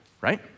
right